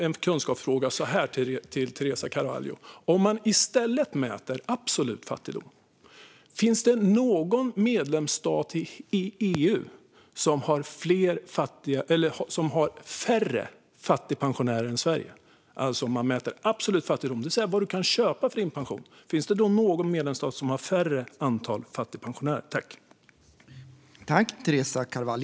En kunskapsfråga till Teresa Carvalho är: Om man i stället mäter absolut fattigdom, det vill säga vad du kan köpa för din pension, finns det någon medlemsstat i EU som har färre fattigpensionärer än Sverige?